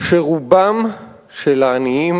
שרובם של העניים